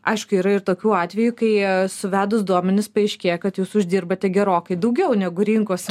aišku yra ir tokių atvejų kai suvedus duomenis paaiškėja kad jūs uždirbate gerokai daugiau negu rinkos